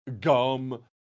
Gum